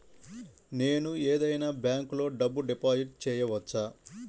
నేను ఏదైనా బ్యాంక్లో డబ్బు డిపాజిట్ చేయవచ్చా?